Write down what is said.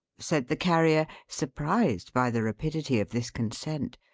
said the carrier, surprised by the rapidity of this consent.